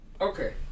Okay